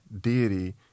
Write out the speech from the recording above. deity